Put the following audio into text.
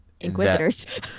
Inquisitors